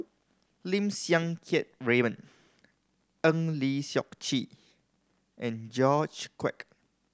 Lim Siang Keat Raymond Eng Lee Seok Chee and George Quek